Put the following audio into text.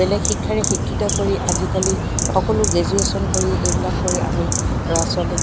বেলেগ শিক্ষাৰে শিক্ষিত কৰি আজিকালি সকলো গ্ৰজুৱেশ্যন কৰি সেইবিলাক কৰি আমি ল'ৰা ছোৱালীক